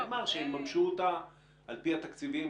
נאמר שיממשו אותה על פי התקציבים,